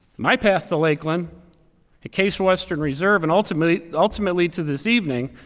my path to lakeland and case western reserve, and ultimately ultimately to this evening,